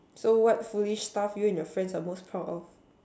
so what foolish stuff are you and your friends most proud of